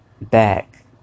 back